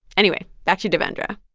anyway, back to devendra